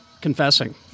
confessing